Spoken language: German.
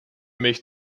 mich